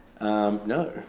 No